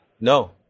No